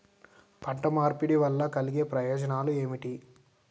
పంట మార్పిడి వల్ల కలిగే ప్రయోజనాలు ఏమిటి?